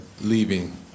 leaving